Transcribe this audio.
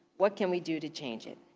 what can we do to change it?